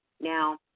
Now